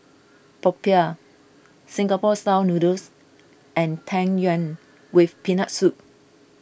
Popiah Singapore Style Noodles and Tang Yuen with Peanut Soup